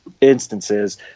instances